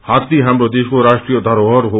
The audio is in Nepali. हात्ती हाम्रो देशको राष्ट्रिय बरोहर हो